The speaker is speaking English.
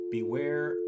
Beware